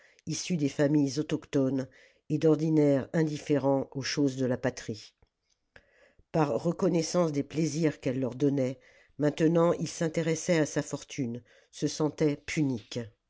issus des familles autochtones et d'ordinaire indifférents aux choses de la patrie par reconnaissance des plaisirs qu'elle leur donnait maintenant ils s'intéressaient à sa fortune se sentaient puniques